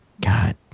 God